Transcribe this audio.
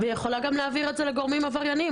ויכולה גם להעביר את זה לגורמים עבריינים.